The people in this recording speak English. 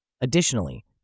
Additionally